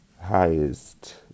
highest